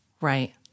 Right